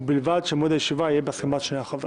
ובלבד שמועד הישיבה יהיה בהסכמת שני החברים.